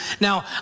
now